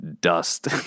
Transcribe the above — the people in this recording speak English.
dust